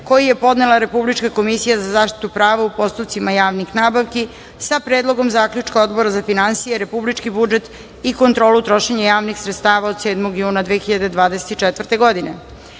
koji je podnela Republička komisija za zaštitu prava u postupcima javnih nabavki, sa Predlogom zaključka Odbora za finansije, republički budžet i kontrolu trošenja javnih sredstava od 7. juna 2024. godine;43.